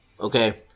okay